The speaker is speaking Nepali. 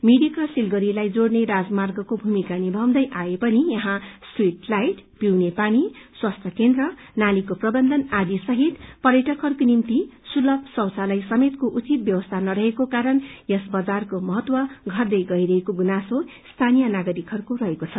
मिरिक र सिलगढीलाई जोइने राजमार्गको घूमिका निमाउँदै आए पनि यहाँ स्ट्रीट लाइट पिउने पानी स्वास्थ्य केन्द्र नालीको प्रबन्धन आदि सहित पर्यटकहरूको निम्ति सुलभ शौचालय समेतको उचित व्यवस्था नरहेको कारण यस बजारको महत्व पटरै गइरहेको गुनासे स्थानीय नागरिकहरूको रहेको छ